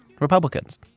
Republicans